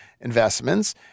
investments